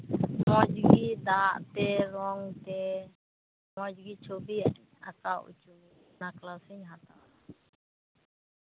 ᱢᱚᱡᱽᱜᱮ ᱫᱟᱜ ᱛᱮ ᱨᱚᱝ ᱛᱮ ᱢᱚᱡᱽᱜᱮ ᱪᱷᱚᱵᱤ ᱟᱸᱠᱟᱣ ᱚᱪᱚ ᱚᱱᱟ ᱠᱞᱟᱥᱤᱧ ᱦᱟᱛᱟᱣᱟ